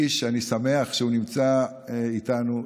איש שאני שמח שהוא נמצא איתנו,